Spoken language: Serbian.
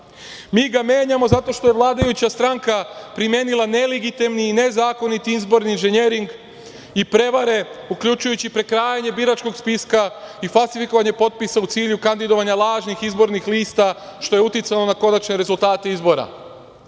Mi ga menjamo zato što vladajuća stranka primenila nelegitimni i nezakoniti izborni inženjering i prevare, uključujući prekrajanje biračkog spiska i falsifikovanje potpisa u cilju kandidovanja lažnih izborih lista što je uticalo na konačne rezultate izbora. Pod